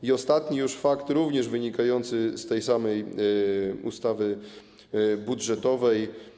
I ostatni już fakt również wynikający z tej samej ustawy budżetowej.